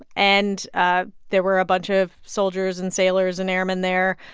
and ah there were a bunch of soldiers and sailors and airmen there.